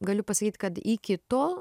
galiu pasakyt kad iki to